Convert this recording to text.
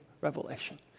revelation